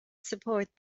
support